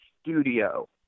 studio